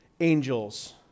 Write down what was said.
angels